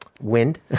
wind